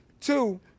Two